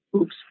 Oops